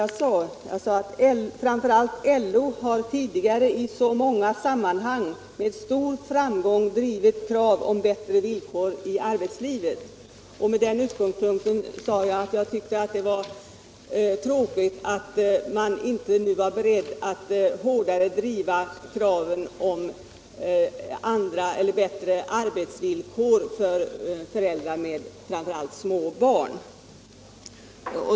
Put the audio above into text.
Jag sade: ”Framför allt LO har tidigare i så många sammanhang drivit kraven på bättre villkor i arbetslivet.” Och med den utgångspunkten sade jag att jag tyckte det var tråkigt att man inte nu var beredd att driva kraven hårdare när det gäller bättre arbetsvillkor för framför allt föräldrar med små barn.